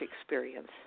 experience